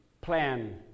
plan